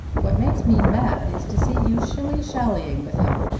what makes me mad is to see you shilly-shallying with him.